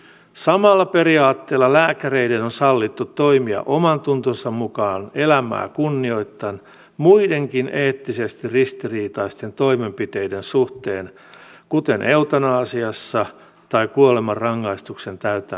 samalla periaatteella lääkäreiden on sallittu toimia omantuntonsa mukaan elämää kunnioittaen muidenkin eettisesti ristiriitaisten toimenpiteiden suhteen kuten eutanasiassa tai kuolemanrangaistuksen täytäntöönpanossa